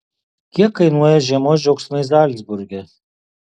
kiek kainuoja žiemos džiaugsmai zalcburge